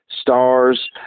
stars